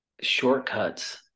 shortcuts